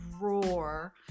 roar